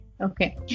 Okay